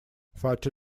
fatty